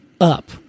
up